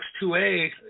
X2A